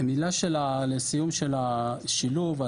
מילה לסיום של השילוב.